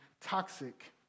toxic